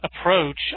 approach